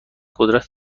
قدرت